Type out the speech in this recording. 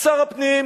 שר הפנים,